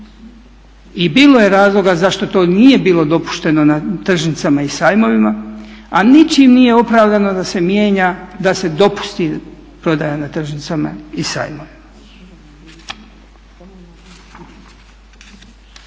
I bilo je razloga zašto to nije bilo dopušteno na tržnicama i sajmovima a ničim nije opravdano da se mijenja da se dopusti prodaja na tržnicama i sajmovima.